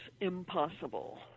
impossible